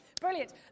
Brilliant